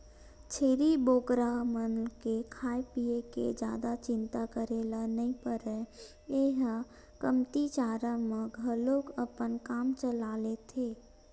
छेरी बोकरा मन के खाए पिए के जादा चिंता करे ल नइ परय ए ह कमती चारा म घलोक अपन काम चला लेथे